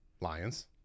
Lions